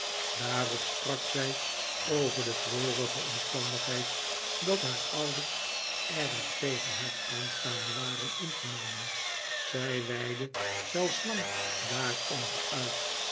daarop sprak zij over de treurige omstandigheid dat haar ouders erg tegen haar aanstaande raren ingenomen zij weidde zelfs lang daarover uit